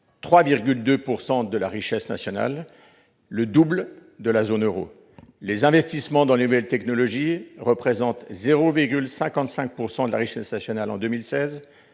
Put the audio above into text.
3,2 % de la richesse nationale, soit le double de la zone euro. Les investissements dans les nouvelles technologies représentaient 0,55 % de la richesse nationale en 2016,